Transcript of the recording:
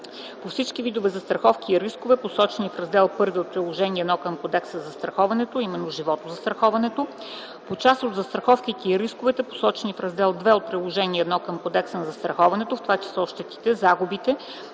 по всички видове застраховки и рискове, посочени в Раздел I от Приложение № 1 към Кодекса за застраховането (животозастраховане); - по част от застраховките и рисковете, посочени в Раздел II от Приложение № 1 към Кодекса за застраховането, в т.ч. щетите/загубите,